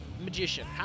Magician